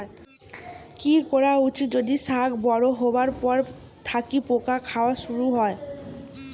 কি করা উচিৎ যদি শাক বড়ো হবার পর থাকি পোকা খাওয়া শুরু হয়?